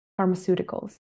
pharmaceuticals